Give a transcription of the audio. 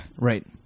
Right